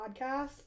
podcast